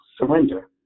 Surrender